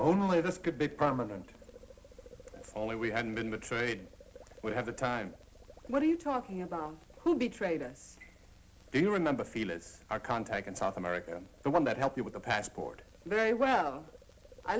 only this could be permanent only we had been betrayed we have the time what are you talking about who betrayed us you remember feel is our contact in south america and one that help you with a passport very well i